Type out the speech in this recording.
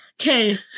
Okay